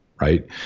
Right